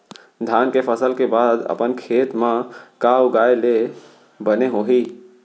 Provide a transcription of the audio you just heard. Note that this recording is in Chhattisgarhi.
धान के फसल के बाद अपन खेत मा का उगाए ले बने होही?